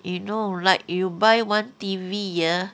you know like you buy one T_V ah